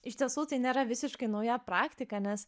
iš tiesų tai nėra visiškai nauja praktika nes